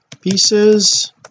pieces